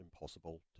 impossible